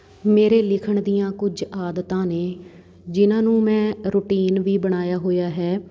ਮੇਰੇ ਲਿਖਣ ਦੀਆਂ ਕੁਝ ਆਦਤਾਂ ਨੇ ਜਿਨ੍ਹਾਂ ਨੂੰ ਮੈਂ ਰੂਟੀਨ ਵੀ ਬਣਾਇਆ ਹੋਇਆ ਹੈ